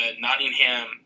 Nottingham